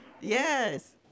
Yes